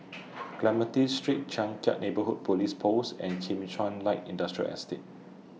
Clementi Street Changkat Neighbourhood Police Post and Kim Chuan Light Industrial Estate